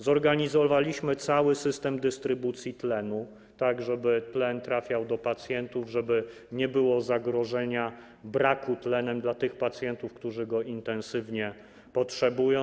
Zorganizowaliśmy cały system dystrybucji tlenu, tak żeby tlen trafiał do pacjentów, żeby nie było zagrożenia brakiem tlenem w przypadku tych pacjentów, którzy go intensywnie potrzebują.